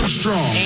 strong